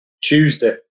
Tuesday